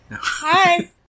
Hi